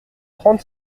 trente